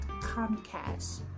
Comcast